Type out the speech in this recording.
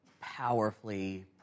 powerfully